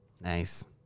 Nice